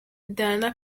diana